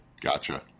Gotcha